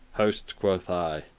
hoste, quoth i,